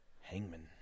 Hangman